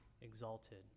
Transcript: exalted